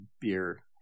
beer